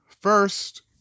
first